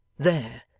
there,